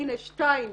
הנה שתיים